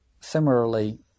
similarly